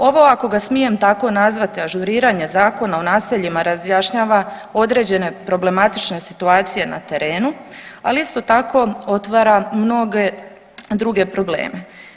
Ovo ako ga smijem tako nazvati ažuriranje Zakona o naseljima razjašnjava određene problematične situacije na terenu, ali isto tako otvara mnoge druge probleme.